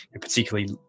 particularly